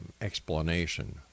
explanation